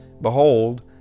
behold